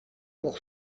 pour